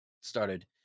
started